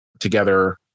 together